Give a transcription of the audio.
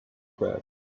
grass